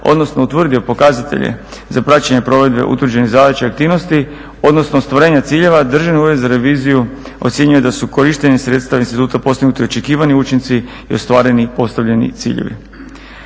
odnosno utvrdio pokazatelje za praćenje provedbe utvrđenih zadaća i aktivnosti, odnosno ostvarenja ciljeva Državni ured za reviziju ocjenjuje da su korištenjem sredstava instituta postignuti očekivani učinci i ostvareni postavljeni ciljevi.